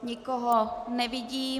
Nikoho nevidím.